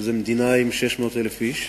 שזאת מדינה עם 600,000 איש,